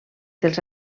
dels